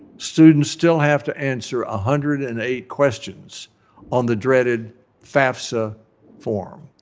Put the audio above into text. students still have to answer ah hundred and eight questions on the dreaded fafsa form,